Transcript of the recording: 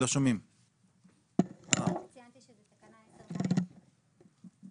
טור 2 טור 3 טור 4 רכיבי שכר ערך שעה לעובד שמירה שמועסק 5 ימים בשבוע